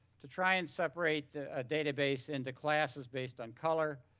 to try and separate a database into classes based on color,